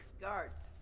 Guards